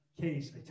case